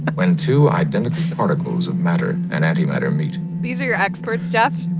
when two identical particles of matter and antimatter meet these are your experts, geoff?